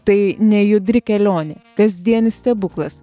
tai nejudri kelionė kasdienis stebuklas